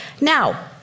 Now